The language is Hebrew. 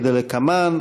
כדלקמן,